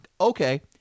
Okay